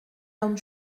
homme